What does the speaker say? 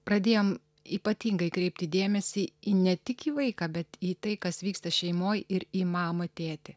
pradėjom ypatingai kreipti dėmesį į ne tik į vaiką bet į tai kas vyksta šeimoj ir į mamą tėtį